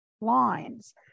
lines